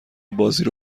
بازیرو